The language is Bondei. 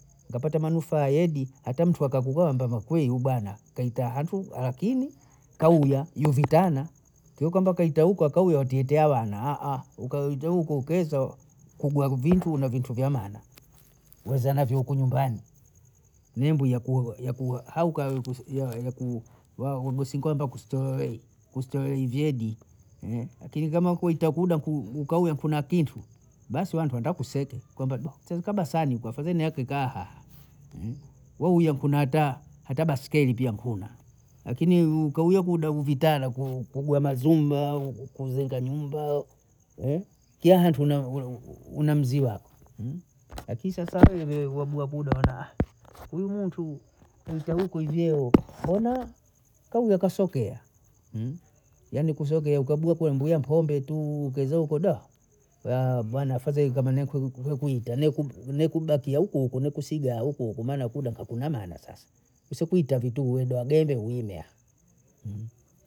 Nkapata manufaa yedi, hata mtu akakukwamba makwiu bana, kaita hatwe lakini kauya mezitana kio kwamba kaita huku akauya atietawana ukaita huku ukeso kubwela kuvintuna vintu vya maana, wazaa navyo huko nyumbani, mimbu hauka yaku wagosi nkwamba kustelelei, kustelelei vyedi, lakini kama kuitakuda kukauua kuna kintu basi wantu watakuseke kwamba baa sasa kama sinyikwa afadhali nieke kaha, we uya kuna taa, hata baiskeli pia nkuna, lakini ukawiye kuda u vitana kugwana zwina, kuvunja nyumba, kiya hantu una mzii wako, kini sasa wewe wabua buda waona uyu muntu kanita huku hivi yeo mbona kauwa kasokea, yani kusokea kwa buyakuwa mbuya mpombe tu, keza huku bwana afadhali kama nekwita, nekubakia hukuhuku, nekusijaa hukuhuku maana kuda kekunana sasa, kusikuita vitu wede hadede uime